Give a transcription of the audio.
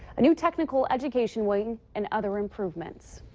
a new technical education wing, and other improvements.